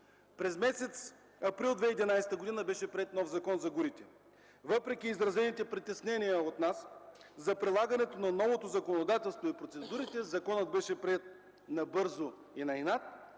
През месец април 2011 г. беше приет нов Закон за горите. Въпреки изразените притеснения от нас за прилагането на новото законодателство и процедурите, законът беше приет набързо и на инат.